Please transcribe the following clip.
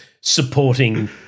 supporting